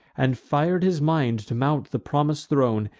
and fir'd his mind to mount the promis'd throne,